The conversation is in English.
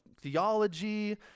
theology